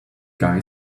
guy